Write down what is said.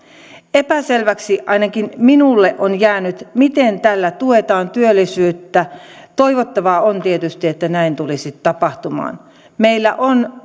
epäselväksi ainakin minulle on jäänyt miten tällä tuetaan työllisyyttä toivottavaa on tietysti että näin tulisi tapahtumaan meillä on